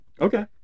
Okay